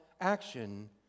action